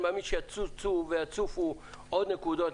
אני מאמין שיצוצו ויצופו עוד נקודות.